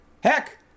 Heck